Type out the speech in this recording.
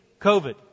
COVID